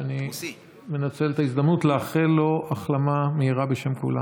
אני מנצל את ההזדמנות לאחל לשר התרבות החלמה מהירה בשם כולנו.